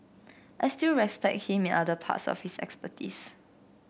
I still respect him in other parts of his expertise